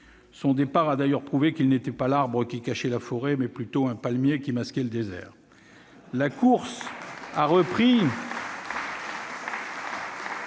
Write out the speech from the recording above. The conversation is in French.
Son départ a d'ailleurs prouvé qu'il n'était pas l'arbre qui cachait la forêt, mais plutôt le palmier qui masquait le désert ... La course a repris